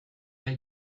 they